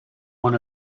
one